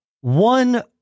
One